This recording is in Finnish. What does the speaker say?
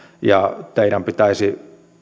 ja teidän pitäisi